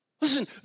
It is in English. Listen